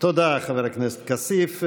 תודה, חבר הכנסת כסיף.